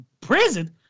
Prison